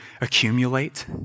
accumulate